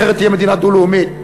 אחרת תהיה מדינה דו-לאומית,